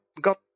got